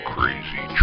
Crazy